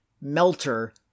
Melter